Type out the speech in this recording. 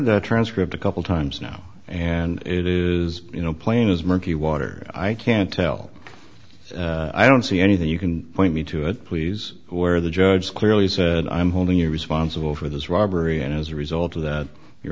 that transcript a couple times now and it is you know plain as murky water i can't tell i don't see anything you can point me to it please where the judge clearly said i'm holding you responsible for this robbery and as a result of that your